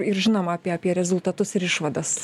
ir žinoma apie apie rezultatus ir išvadas